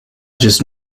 just